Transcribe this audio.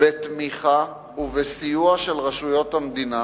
בתמיכה ובסיוע של רשויות המדינה,